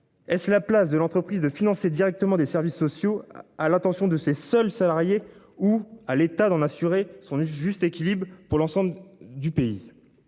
Est-ce la place de l'entreprise de financer directement des services sociaux à l'attention de ses seuls salariés ou à l'État d'en assurer son juste équilibre pour l'ensemble du pays.